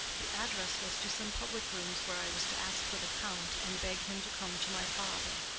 the address was to some public rooms where i was to ask for the count, and beg him to come to my father.